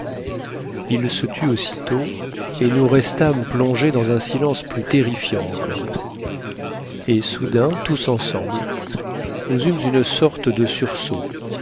il se tut aussitôt et nous restâmes plongés dans un silence plus terrifiant encore et soudain tous ensemble nous eûmes une sorte de sursaut